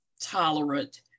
tolerant